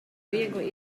viegli